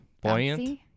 buoyant